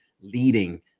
leading